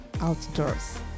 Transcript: outdoors